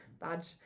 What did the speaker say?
badge